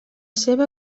seva